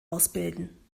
ausbilden